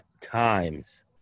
times